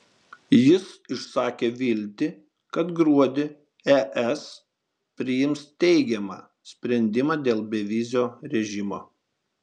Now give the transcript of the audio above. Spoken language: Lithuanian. jis išsakė viltį kad gruodį es priims teigiamą sprendimą dėl bevizio režimo